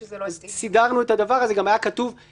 שהוא לא היה באמת משפטי,